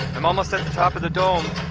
i'm almost at the top of the dome